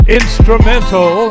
instrumental